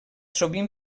sovint